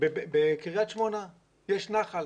בקריית שמונה יש נחל,